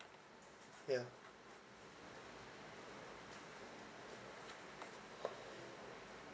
ya